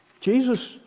Jesus